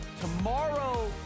Tomorrow